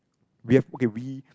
we have okay we